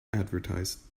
advertise